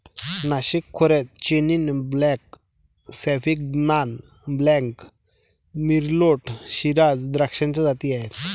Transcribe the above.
नाशिक खोऱ्यात Chenin blanc, Sauvignon blanc, Merlot, Shiraz द्राक्षाच्या जाती आहेत